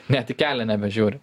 net į kelią nebežiūri